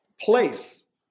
place